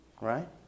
Right